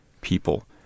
people